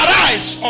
Arise